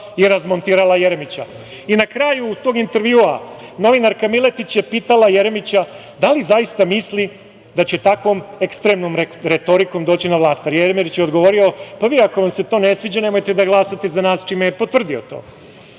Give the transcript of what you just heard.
i razmontirala Jeremića. Na kraju tog intervjua novinarka Miletić je pitala Jeremića da li zaista misli da će takvom ekstremnom retorikom doći na vlast, a Jeremić je odgovorio: „Pa vi ako vam se to ne sviđa, nemojte da glasate za nas“, čime je potvrdio to.